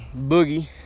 boogie